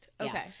Okay